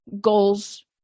goals